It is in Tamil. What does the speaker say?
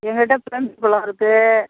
எங்கள்கிட்ட பிளம்ஸ் பழம் இருக்குது